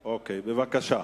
בבקשה.